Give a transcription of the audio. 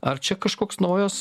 ar čia kažkoks naujas